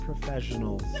professionals